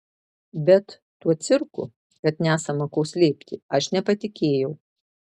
bet tuo cirku kad nesama ko slėpti aš nepatikėjau